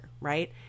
right